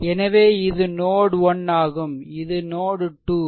எனவே இது நோட்1 ஆகும் இது நோட் 2